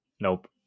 Nope